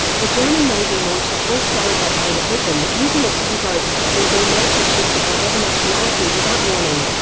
the german navy launched a full-scale blockade of britain, using its yeah u-boats to sink all merchant ships of whatever nationality without warning.